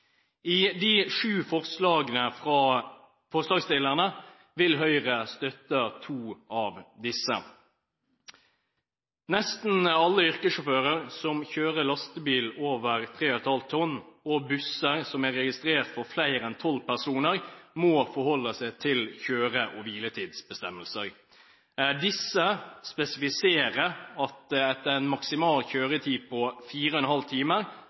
gjelder de sju forslagene som er blitt satt fram, vil Høyre støtte to av disse. Nesten alle yrkessjåfører som kjører lastebil over 3,5 tonn og busser som er registrert for flere enn tolv personer, må forholde seg til kjøre- og hviletidsbestemmelser. Disse spesifiserer bl.a. at det etter en maksimal kjøretid på 4,5 time